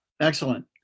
excellent